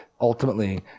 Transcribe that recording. ultimately